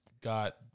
Got